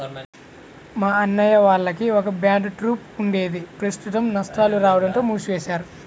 మా అన్నయ్య వాళ్లకి ఒక బ్యాండ్ ట్రూప్ ఉండేది ప్రస్తుతం నష్టాలు రాడంతో మూసివేశారు